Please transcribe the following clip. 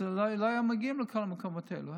אז לא היינו מגיעים לכל המקומות האלה.